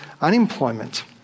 unemployment